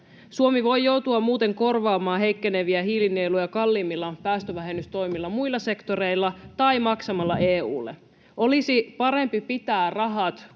Suomi voi joutua muuten korvaamaan heikkeneviä hiilinieluja kalliimmilla päästövähennystoimilla muilla sektoreilla tai maksamalla EU:lle. Olisi parempi pitää rahat